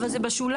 אבל זה בשוליים.